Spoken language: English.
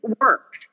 work